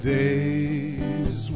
days